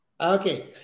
Okay